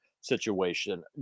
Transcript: situation